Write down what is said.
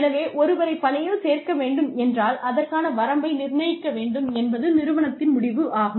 எனவே ஒருவரை பணியில் சேர்க்க வேண்டும் என்றால் அதற்கான வரம்பை நிர்ணயிக்க வேண்டும் என்பது நிறுவனத்தின் முடிவு ஆகும்